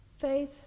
Faith